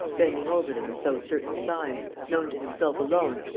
bending over them as though certain signs, known to himself alone,